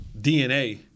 DNA